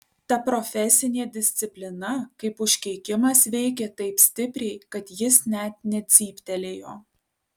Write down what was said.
ta profesinė disciplina kaip užkeikimas veikė taip stipriai kad jis net necyptelėjo